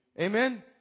Amen